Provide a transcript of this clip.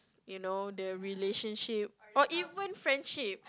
you know the relationship or even friendship